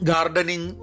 Gardening